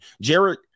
Jared